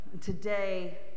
Today